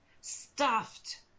stuffed